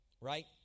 Right